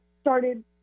started